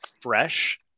fresh